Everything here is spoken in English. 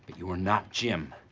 you are not jim.